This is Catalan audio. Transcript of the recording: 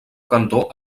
cantor